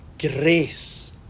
grace